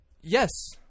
yes